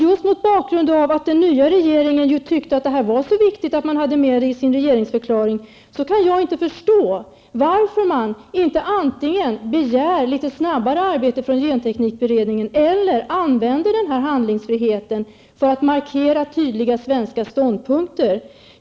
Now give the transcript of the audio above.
Just mot bakgrund av att den nya regeringen tyckte att detta var så viktigt att man hade med det i sin regeringsförklaring, kan jag inte förstå varför man inte antingen begär litet snabbare arbete från genteknikberedningen eller använder handlingsfriheten för att markera tydliga svenska ståndpunkter.